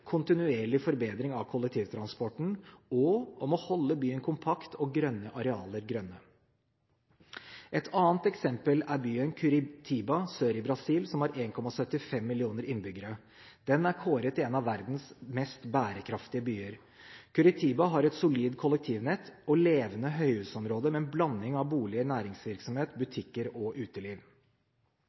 kontinuerlig forbedring av kollektivtransporten å holde byen kompakt, og grønne arealer grønne. Et annet eksempel er byen Curitiba sør i Brasil, som har 1,75 millioner innbyggere. Den er kåret til en av verdens mest bærekraftige byer. Curitiba har et solid kollektivnett og levende høyhusområder med en blanding av boliger, næringsvirksomhet, butikker og uteliv.